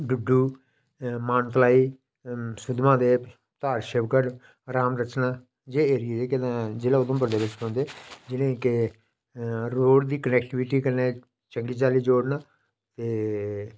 डुड्डु मानतलाई सुद्धमहादेव धार शिवकड़ राम रचना जेह् एरिये जेह्के ता जिला उधमपुर दे बिच पौंदे जि'नें कि रोड़ दी कनैक्टिविटी कन्नै चंगी चाल्ली जोड़ना ते